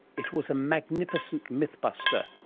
it was a magnificent mythbuster.